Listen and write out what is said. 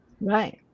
Right